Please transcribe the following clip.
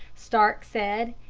stark said,